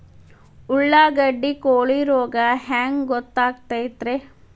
ಉಳ್ಳಾಗಡ್ಡಿ ಕೋಳಿ ರೋಗ ಹ್ಯಾಂಗ್ ಗೊತ್ತಕ್ಕೆತ್ರೇ?